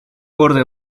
borde